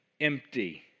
empty